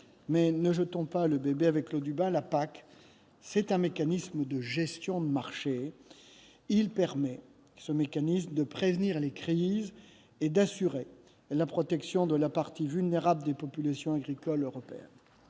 mais ne jetons pas le bébé avec l'eau du bain. La PAC, c'est un mécanisme de gestion des marchés, qui permet de prévenir les crises et d'assurer la protection de la partie vulnérable des populations agricoles européennes.